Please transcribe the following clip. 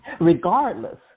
Regardless